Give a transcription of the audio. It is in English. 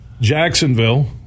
Jacksonville